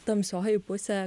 tamsioji pusė